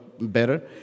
better